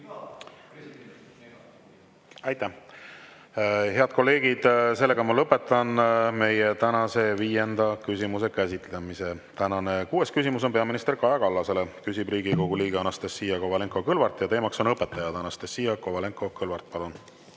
Aitäh! Head kolleegid, lõpetan meie tänase viienda küsimuse käsitlemise. Tänane kuues küsimus on peaminister Kaja Kallasele, küsib Riigikogu liige Anastassia Kovalenko-Kõlvart ja teema on õpetajad. Anastassia Kovalenko-Kõlvart,